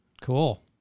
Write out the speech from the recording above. Cool